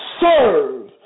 serve